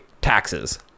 taxes